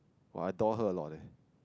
[wah] I taught her a lot leh